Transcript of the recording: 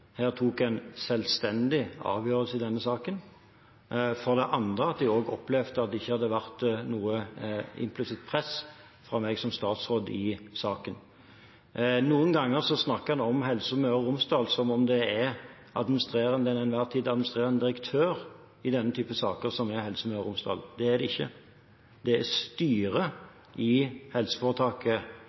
tok en selvstendig avgjørelse i denne saken, og for det andre at det ikke hadde vært noe implisitt press fra meg som statsråd i saken. Noen ganger snakker en om Helse Møre og Romsdal som om det er den til enhver tid administrerende direktør som i denne type saker er Helse Møre og Romsdal. Det er det ikke; det er styret i helseforetaket